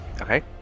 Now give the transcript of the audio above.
Okay